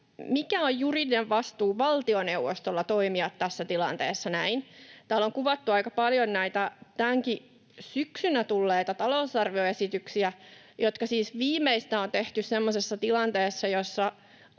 mikä on juridinen vastuu valtioneuvostolla toimia tässä tilanteessa näin. Täällä on kuvattu aika paljon näitä tänäkin syksynä tulleita talousarvioesityksiä, jotka siis viimeistään on tehty semmoisessa tilanteessa, jossa